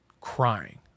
Crying